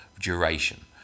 duration